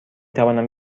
توانم